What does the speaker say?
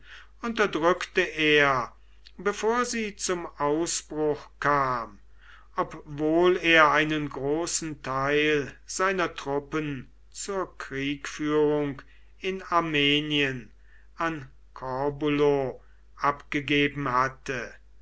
unterdrückte er bevor sie zum ausbruch kam obwohl er einen großen teil seiner truppen zur kriegführung in armenien an corbulo abgegeben hatte